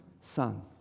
son